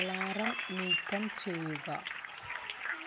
alarm നീക്കം ചെയ്യുക